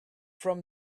from